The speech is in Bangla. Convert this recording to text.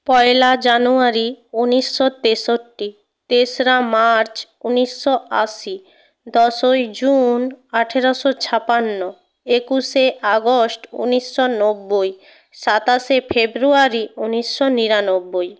পয়লা জানুয়ারি উনিশশো তেষট্টি তেসরা মার্চ উনিশশো আশি দশই জুন আঠেরোশো ছাপান্ন একুশে আগস্ট উনিশশো নব্বই সাতাশে ফেব্রুয়ারি উনিশশো নিরানব্বই